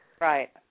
Right